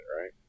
Right